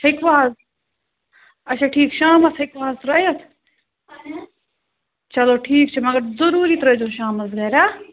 ہیٚکوا حظ اَچھا ٹھیٖک شامَس ہیٚکوا حظ ترٛٲوِتھ چلو ٹھیٖک چھُ مگر ضروٗری ترٛٲوزیٚو شامَس گَرِ آ